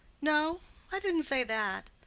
no i didn't say that.